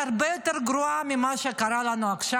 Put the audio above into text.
הרבה יותר גרועה ממה שקרה לנו עכשיו.